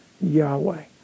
Yahweh